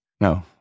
no